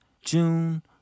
June